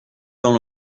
dans